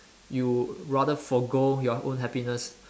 you rather forgo your own happiness